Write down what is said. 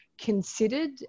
considered